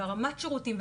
ורמת השירותים,